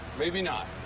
maybe not.